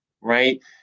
right